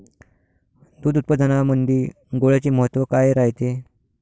दूध उत्पादनामंदी गुळाचे महत्व काय रायते?